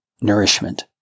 nourishment